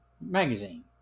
magazine